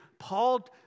Paul